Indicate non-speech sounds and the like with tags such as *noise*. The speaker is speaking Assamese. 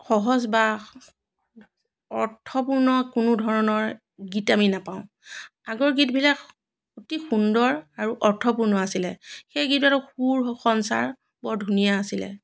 সহজ বা অৰ্থপূৰ্ণ কোনো ধৰণৰ গীত আমি নাপাওঁ আগৰ গীতবিলাক অতি সুন্দৰ আৰু অৰ্থপূৰ্ণ আছিলে সেই গীত *unintelligible* সুৰ সঞ্চাৰ বৰ ধুনীয়া আছিলে